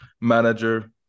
manager